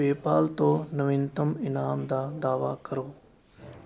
PayPal ਤੋਂ ਨਵੀਨਤਮ ਇਨਾਮ ਦਾ ਦਾਅਵਾ ਕਰੋ